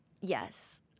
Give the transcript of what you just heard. Yes